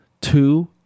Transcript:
Two